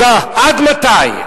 עד מתי?